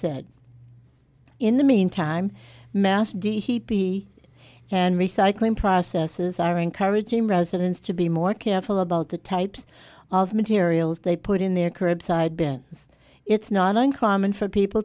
said in the meantime mass d he p and recycling processes are encouraging residents to be more careful about the types of materials they put in their curbside bins it's not uncommon for people